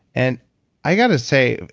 and i've got to say,